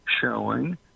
showing